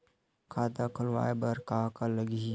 खाता खुलवाय बर का का लगही?